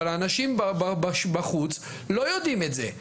אבל האנשים בחוץ לא יודעים את זה.